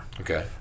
Okay